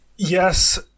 Yes